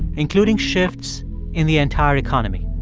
including shifts in the entire economy